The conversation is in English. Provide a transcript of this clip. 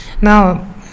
Now